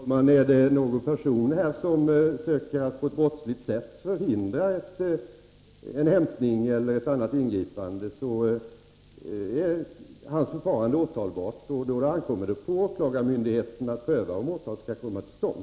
Herr talman! Om någon person försöker att på ett brottsligt sätt förhindra en hämtning eller ett annat ingripande är hans förfarande åtalbart, och då ankommer det på åklagarmyndigheten att pröva om åtal skall komma till stånd.